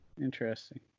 interesting